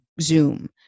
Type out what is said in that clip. zoom